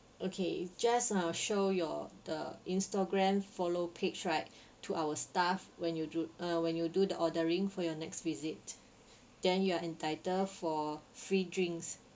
okay just uh show your the Instagram follow page right to our staff when you do uh when you do the ordering for your next visit then you are entitled for free drinks